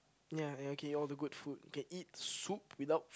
ya you can eat all the good food you can eat soup without